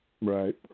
Right